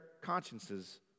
consciences